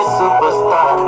superstar